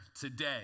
today